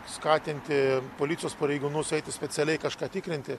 skatinti policijos pareigūnus eiti specialiai kažką tikrinti